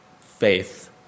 faith